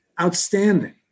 outstanding